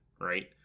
right